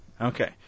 okay